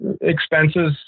expenses